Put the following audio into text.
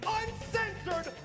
uncensored